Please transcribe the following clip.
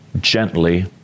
gently